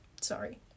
Sorry